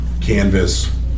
Canvas